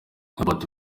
robert